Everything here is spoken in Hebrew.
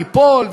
ליפול,